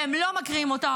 והם לא מקריאים אותה,